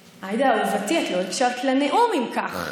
תוכנית, עאידה אהובתי, את לא הקשבת לנאום, אם כך.